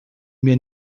mir